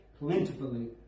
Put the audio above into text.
plentifully